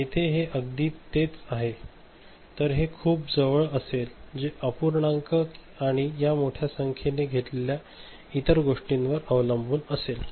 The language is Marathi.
येथे हे अगदी तेच येत आहे तर हे खूप जवळ असेल जे अपूर्णांक आणि या मोठ्या संख्येने घेत असलेल्या इतर गोष्टींवर अवलंबून असेल